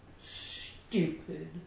stupid